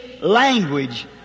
language